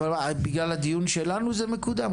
אבל מה, בגלל הדיון שלנו זה מקודם?